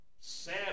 sad